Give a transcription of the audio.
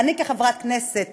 אני כחברת כנסת